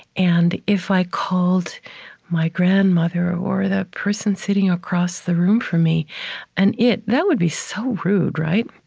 and if i called my grandmother or the person sitting across the room from me an it, that would be so rude, right?